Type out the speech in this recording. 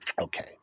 okay